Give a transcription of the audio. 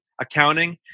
accounting